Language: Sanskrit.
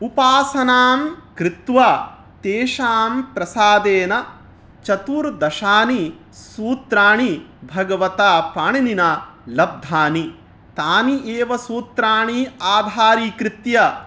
उपासनां कृत्वा तेषां प्रसादेन चतुर्दशानि सूत्राणि भगवता पाणिनिना लब्धानि तानि एव सूत्राणि आधारीकृत्य